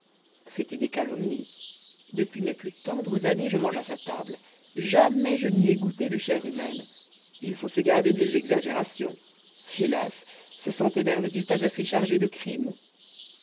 c'étaient des calomnies depuis mes plus tendres années je mange à sa table jamais je n'y ai goûté de chair humaine il faut se garder des exagérations hélas ce centenaire n'est-il pas assez chargé de crimes